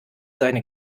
seine